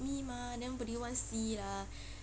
me mah nobody want to see lah